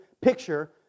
picture